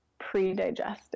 pre-digested